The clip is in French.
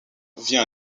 via